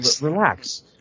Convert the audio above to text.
relax